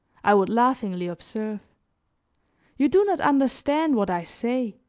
i would laughingly observe you do not understand what i say.